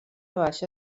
baixa